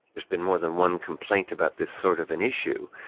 there's been more than one complaint about this sort of an issue.